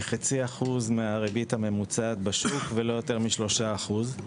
היא חצי אחוז מהריבית הממוצעת בשוק ולא יותר משלושה אחוז,